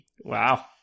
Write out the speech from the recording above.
wow